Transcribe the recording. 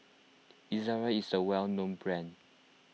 Ezerra is a well known brand